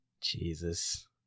jesus